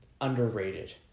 underrated